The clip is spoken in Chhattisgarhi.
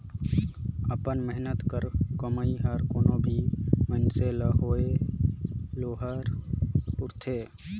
अपन मेहनत कर कमई हर कोनो भी मइनसे ल होए ओहर पूरथे